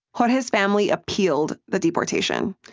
jorge's family appealed the deportation.